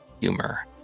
humor